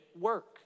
work